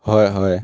হয় হয়